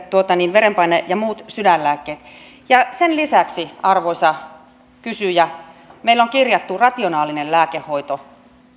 verenpaine ja muut sydänlääkkeet ja sen lisäksi arvoisa kysyjä meillä on kirjattu rationaalinen lääkehoito